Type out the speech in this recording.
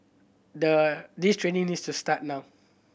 the this training needs to start now